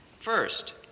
First